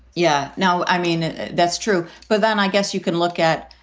yeah. no, i mean, that's true. but then i guess you can look at,